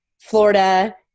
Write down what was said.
florida